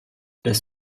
das